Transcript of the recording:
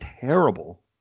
terrible